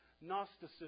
Gnosticism